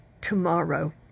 tomorrow